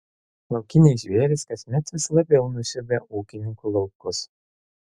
laukiniai žvėrys kasmet vis labiau nusiaubia ūkininkų laukus